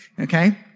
okay